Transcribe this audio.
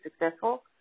successful